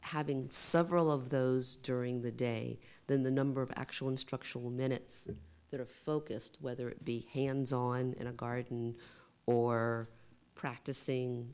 having several of those during the day then the number of actual instructional minutes that are focused whether it be hands on in a garden or practicing